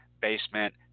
basement